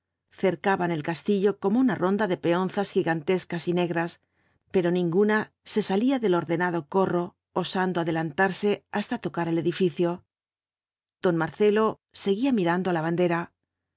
cercaban el castillo como una ronda de peonzas gigantescas y negras pero ninguna se salía del ordenado corro osando adelantarse hasta tocar el edificio don marcelo seguía mirando la bandera